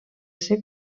ser